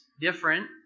different